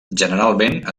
generalment